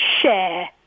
share